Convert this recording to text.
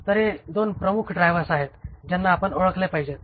तर हे दोन प्रमुख ड्रायव्हर्स आहेत ज्यांना आपण ओळखले पाहिजेत